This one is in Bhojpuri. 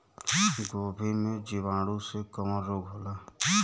गोभी में जीवाणु से कवन रोग होला?